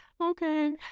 okay